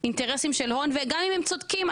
וגם אם הם צודקים,